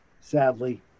sadly